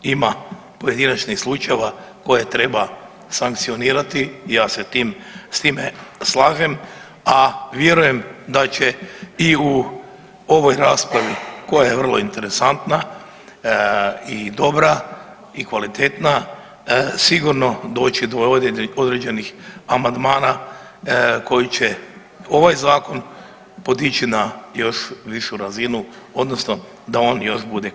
Ima pojedinačnih slučajeva koje treba sankcionirati, ja se s time slažem, a vjerujem da će i u ovoj raspravi koja je vrlo interesantna i dobra i kvalitetna, sigurno doći do određenih amandmana koji će ovaj zakon podići na još višu razinu odnosno da on još bude kvalitetniji.